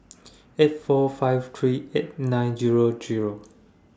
eight four five three eight nine Zero Zero